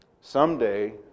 someday